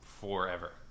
forever